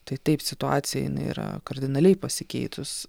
tai taip situacija yra kardinaliai pasikeitus